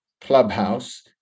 Clubhouse